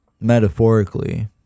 metaphorically